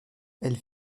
elles